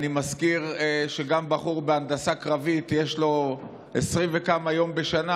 אני מזכיר שגם לבחור בהנדסה קרבית יש 20 וכמה ימים בשנה,